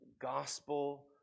Gospel